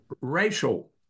racial